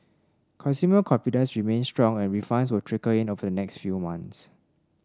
consumer confidence remains strong and refunds will trickle in over the next few months